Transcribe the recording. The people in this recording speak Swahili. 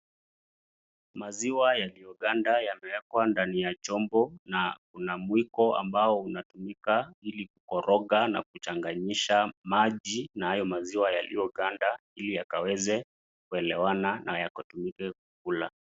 Maziwa yaliyoganda yamewekwa ndani ya chombo na kuna mwiko ambao unatumika ili kukoroga na kuchanganyisha maji na hayo maziwa yaliyoganda ili yakaweze kuelewana na yakatumike kula.